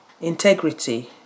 integrity